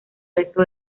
resto